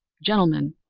gentlemen,